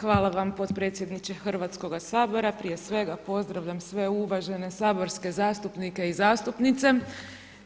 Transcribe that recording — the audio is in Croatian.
Hvala vam podpredsjedniče Hrvatskoga sabora, prije svega pozdravljam sve uvažene saborske zastupnike i zastupnice